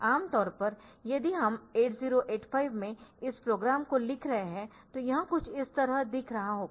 आम तौर पर यदि हम 8085 में इस प्रोग्राम को लिख रहे है तो यह कुछ इस तरह दिख रहा होगा